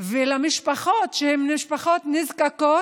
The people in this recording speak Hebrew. ולמשפחות שהן משפחות נזקקות,